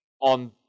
on